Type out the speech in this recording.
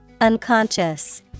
Unconscious